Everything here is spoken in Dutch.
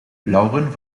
lauren